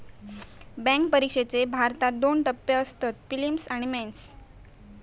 bank परिक्षेचे भारतात दोन टप्पे असतत, पिलिम्स आणि मेंस